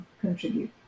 contribute